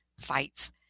fights